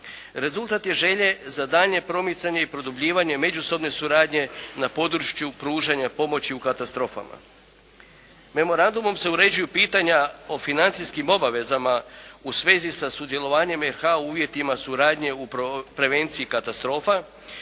rezultat je želje za daljnje promicanje i produbljivanje međusobne suradnje na području pružanja pomoći u katastrofama. Memorandumom se uređuju pitanja o financijskim obavezama u svezi sa sudjelovanjem RH-a u uvjetima suradnje u prevenciji katastrofa